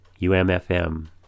UMFM